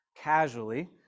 casually